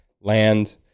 land